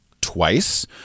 twice